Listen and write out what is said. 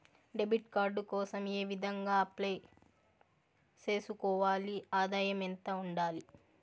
Debit card కోసం ఏ విధంగా అప్లై సేసుకోవాలి? ఆదాయం ఎంత ఉండాలి?